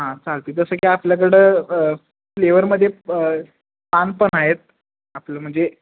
हां चालते जसं की आपल्याकडं फ्लेवरमध्ये पान पण आहेत आपलं म्हणजे